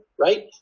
right